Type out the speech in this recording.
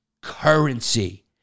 currency